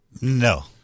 No